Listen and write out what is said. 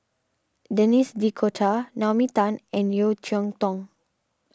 Denis D'Cotta Naomi Tan and Yeo Cheow Tong